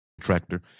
tractor